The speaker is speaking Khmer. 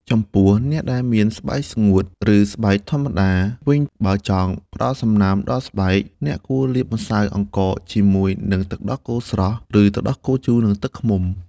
ចំពោះ អ្នកដែលមានស្បែកស្ងួត ឬស្បែកធម្មតាវិញ បើចង់ផ្ដល់សំណើមដល់ស្បែក អ្នកគួរលាយម្សៅអង្ករជាមួយនឹងទឹកដោះគោស្រស់ ឬទឹកដោះគោជូរ និងទឹកឃ្មុំ។